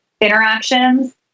interactions